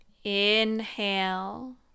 Inhale